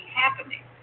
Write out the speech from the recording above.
happening